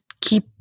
keep